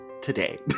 today